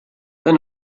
they